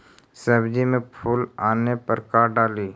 सब्जी मे फूल आने पर का डाली?